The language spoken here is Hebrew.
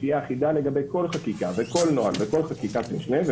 שתהיה אחידה לגבי כל חקיקה וכל נוהל וכל חקיקת משנה,